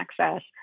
access